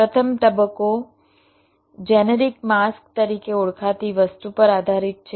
પ્રથમ તબક્કો generic mask તરીકે ઓળખાતી વસ્તુ પર આધારિત છે